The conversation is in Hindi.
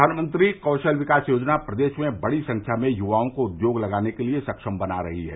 प्रधानमंत्री कौशल विकास योजना प्रदेश में बड़ी संख्या में युवाओं को उद्योग लगाने के लिए सक्षम बना रही है